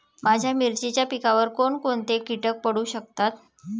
माझ्या मिरचीच्या पिकावर कोण कोणते कीटक पडू शकतात?